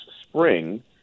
spring